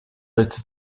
estis